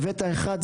הבאת אחד,